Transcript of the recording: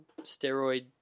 steroid